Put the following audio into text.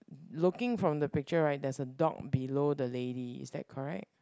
looking from the picture right there's a dog below the lady is that correct